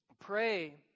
pray